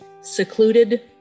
secluded